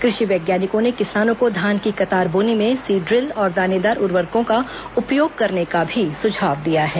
कृषि वैज्ञानिकों ने किसानों को धान की कतार बोनी में सीड डि़ल और दानेदार उर्वरकों का उपयोग करने का भी सुझाव दिया है